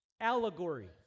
Allegory